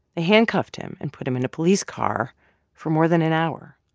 they handcuffed him and put him in a police car for more than an hour.